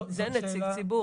זה נציג ציבור.